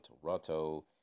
Toronto